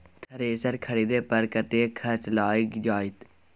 Thresher खरीदे पर कतेक खर्च लाईग जाईत?